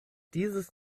dieses